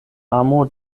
amo